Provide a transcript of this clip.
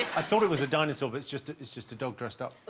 thought it was a dinosaur but it's just it's just a dog dressed up